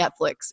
Netflix